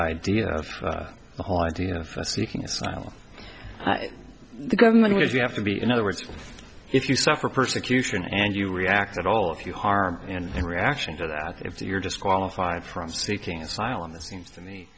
idea of the whole idea of seeking asylum the government is you have to be in other words if you suffer persecution and you react at all if you harm you know in reaction to that if you're disqualified from seeking asylum it seems to me